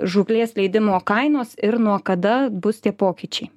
žūklės leidimo kainos ir nuo kada bus tie pokyčiai